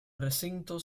recinto